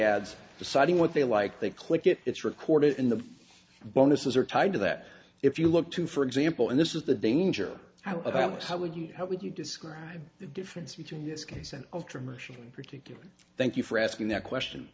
ads deciding what they like they click if it's recorded in the bonuses are tied to that if you look to for example and this is the danger how about was how would you how would you describe the difference between this case and of promotion particularly thank you for asking that question